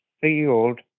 field